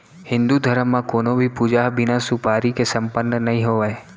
हिन्दू धरम म कोनों भी पूजा ह बिना सुपारी के सम्पन्न नइ होवय